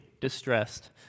distressed